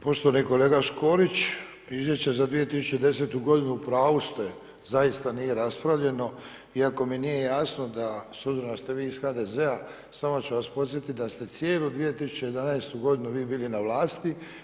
Poštovani kolega Škorić, izvješće za 2010. godinu u pravu ste zaista nije raspravljeno, iako mi nije jasno s obzirom da ste vi iz HDZ-a samo ću vas podsjetiti da ste cijelu 2011. godinu vi bili na vlasti.